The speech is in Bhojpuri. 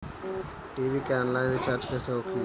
टी.वी के आनलाइन रिचार्ज कैसे होखी?